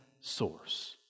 source